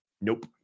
nope